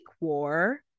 war